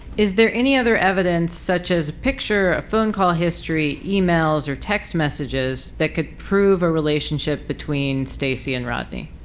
is there any other evidence such as a picture, a phone call history, emails or text messages that could prove a relationship between stacey and rodney?